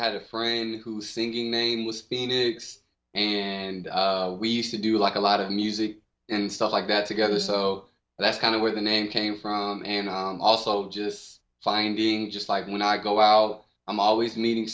i had a friend who's singing name was phoenix and we used to do like a lot of music and stuff like that together so that's kind of where the name came from and i also just find being just like when i go out i'm always meeting